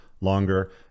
longer